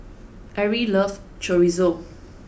Arrie loves Chorizo